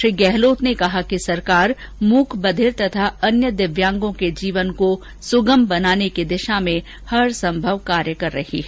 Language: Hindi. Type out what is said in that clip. श्री गहलोत ने कहा कि सरकार मुक बधिर तथा अन्य दिव्यांगों के जीवन को सुगम बनाने की दिशा में हरसंभव कार्य कर रही है